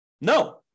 No